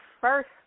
first